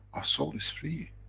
our soul is free.